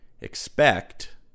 expect